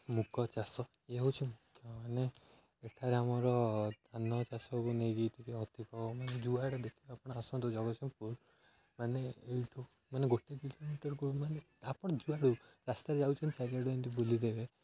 ମୁଗ ଚାଷ ଇଏ ହେଉଛି ମୁଖ୍ୟ ମାନେ ଏଠାରେ ଆମର ଧାନ ଚାଷକୁ ନେଇକି ଟିକେ ଅଧିକ ମାନେ ଯୁଆଡ଼ା ଦେଖିବେ ଆପଣ ଆସନ୍ତୁ ଜଗତସିଂହପୁର ମାନେ ଏଇଠୁ ମାନେ ଗୋଟେ କିଲୋମିଟରକୁ ମାନେ ଆପଣ ଯୁଆଡ଼ା ରାସ୍ତାରେ ଯାଉଛନ୍ତି ସାଇକେଲ ଠୁ ଏମିତି ବୁଲିଦେବେ